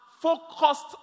focused